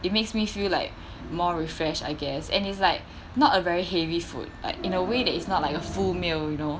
it makes me feel like more refreshed I guess and it's like not a very heavy food like in a way that it's not like a full meal you know